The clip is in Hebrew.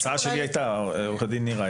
עו"ד נירה,